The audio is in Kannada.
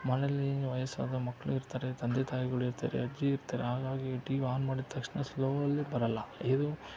ಮನೆಯಲ್ಲಿ ವಯಸ್ಸಾದ ಮಕ್ಕಳಿರ್ತಾರೆ ತಂದೆ ತಾಯಿಗಳಿರ್ತಾರೆ ಅಜ್ಜಿ ಇರ್ತಾರೆ ಹಾಗಾಗಿ ಟಿ ವಿ ಆನ್ ಮಾಡಿದ ತಕ್ಷಣ ಸ್ಲೋ ಅಲ್ಲಿ ಬರೋಲ್ಲ ಇದು